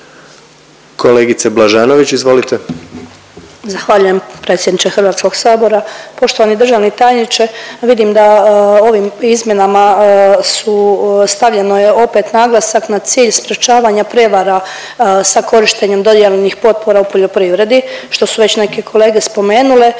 Kolegice Blažanović izvolite.